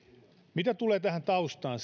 mitä tulee tähän taustaan